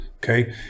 Okay